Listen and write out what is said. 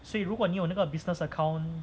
所以如果你有那个 business account